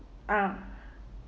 ah